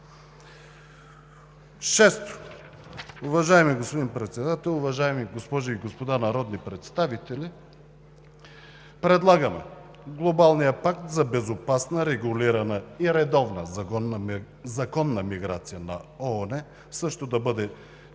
Шесто, уважаеми господин Председател, уважаеми госпожи и господа народни представители, предлагаме Глобалният пакт за безопасна, регулирана и редовна законна миграция на ООН също да бъде